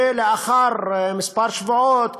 ולאחר כמה שבועות,